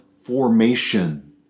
Formation